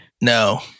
No